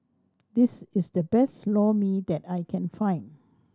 this is the best Lor Mee that I can find